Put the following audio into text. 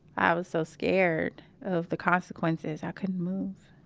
i was so scared of the consequences i couldn't move.